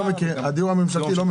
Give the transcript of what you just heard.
הדיור הממשלתי לא מכיר.